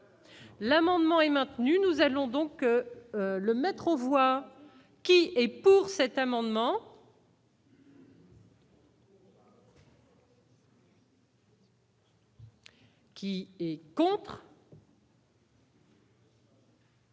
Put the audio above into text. L'amendement est maintenu, nous allons donc le mettre aux voix qui est pour cet amendement. Qui est contre.